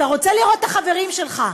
אתה רוצה לראות את החברים שלך,